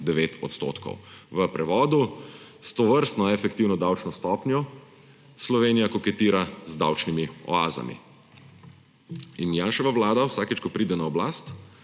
V prevodu: s tovrstno efektivno davčno stopnjoSlovenija koketira z davčnimi oazami. In Janševa vlada vsakič, ko pride na oblast,